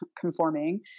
conforming